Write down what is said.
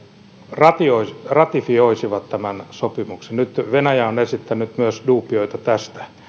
ratifioisivat ratifioisivat tämän sopimuksen nyt venäjä on esittänyt myös duubioita tästä